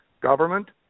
government